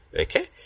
Okay